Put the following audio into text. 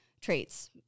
traits